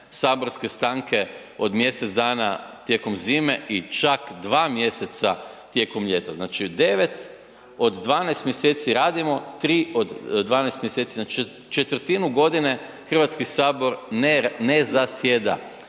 saborske stanke od mjesec dana tijekom zime i čak 2 mj. tijekom ljeta. Znači od 12 mj. radimo, 3 od 12 mj., znači 1/4 godine Hrvatski sabor ne zasjeda